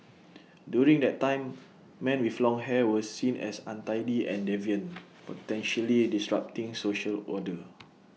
during that time men with long hair were seen as untidy and deviant potentially disrupting social order